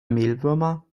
mehlwürmer